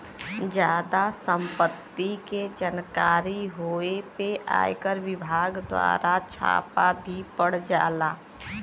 जादा सम्पत्ति के जानकारी होए पे आयकर विभाग दवारा छापा भी पड़ जाला